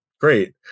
great